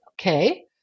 okay